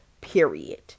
period